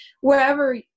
wherever